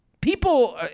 people